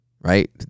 right